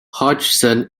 hodgson